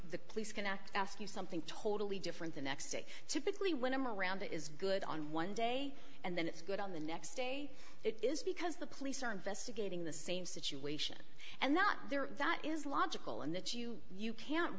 the police can act ask you something totally different the next day typically when i'm around is good on one day and then it's good on the next day it is because the police are investigating the same situation and not there that is logical and that you you can't